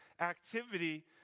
activity